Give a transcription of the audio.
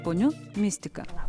poniu mistika